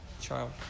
child